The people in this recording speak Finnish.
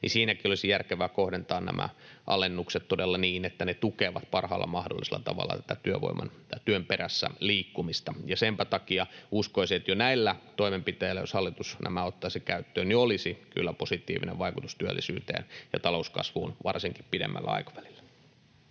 niin siinäkin olisi järkevää kohdentaa nämä alennukset todella niin, että ne tukevat parhaalla mahdollisella tavalla tätä työn perässä liikkumista. Ja senpä takia uskoisin, että jo näillä toimenpiteillä, jos hallitus nämä ottaisi käyttöön, olisi kyllä positiivinen vaikutus työllisyyteen ja talouskasvuun varsinkin pidemmällä aikavälillä.